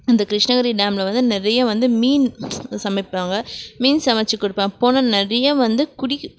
இந்த கிருஷ்ணகிரி டேமில் வந்து நிறைய வந்து மீன் சமைப்பாங்க மீன் சமைச்சு கொடுப்பன் போன நிறைய வந்து குடி